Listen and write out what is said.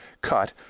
cut